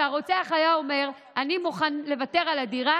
כשהרוצח היה אומר: אני מוכן לוותר על הדירה